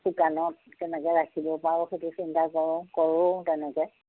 শুকানত কেনেকৈ ৰাখিব পাৰোঁ সেইটো চিন্তা কৰোঁ কৰোঁও তেনেকৈ